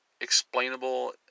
explainable